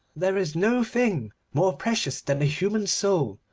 there is no thing more precious than a human soul,